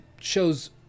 shows